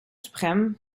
suprême